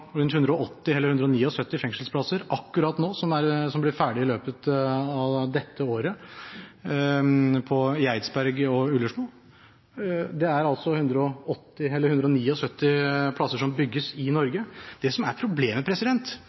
som blir ferdig i løpet av dette året, i Eidsberg og på Ullersmo. Det er 179 plasser som bygges i Norge. Det som er problemet,